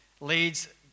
leads